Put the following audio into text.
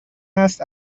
است